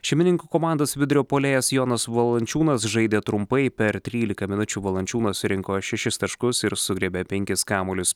šeimininkų komandos vidurio puolėjas jonas valančiūnas žaidė trumpai per trylika minučių valančiūnas surinko šešis taškus ir sugriebė penkis kamuolius